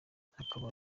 hakaba